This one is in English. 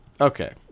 Okay